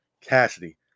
Cassidy